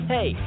Hey